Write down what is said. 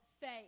faith